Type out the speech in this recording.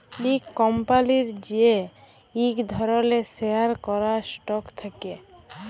ইক কম্পলির যে ইক ধরলের শেয়ার ক্যরা স্টক থাক্যে